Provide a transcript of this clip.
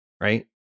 right